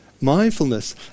Mindfulness